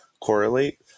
correlate